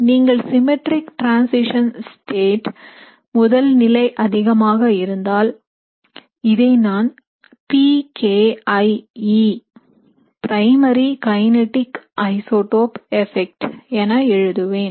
நீங்கள் symmetric transition state முதல்நிலை அதிகமாக இருந்தால் இதை நான் PKIE primary kinetic isotope effect என எழுதுவேன்